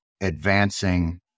advancing